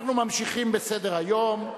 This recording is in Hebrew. אנחנו ממשיכים בסדר-היום,